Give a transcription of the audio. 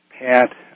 Pat